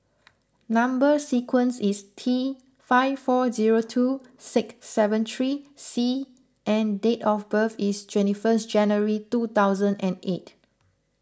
Number Sequence is T five four zero two six seven three C and date of birth is twenty first January two thousand and eight